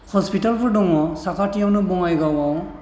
हस्पिटाफोर दङ साखाथियावनो बङाइगावआव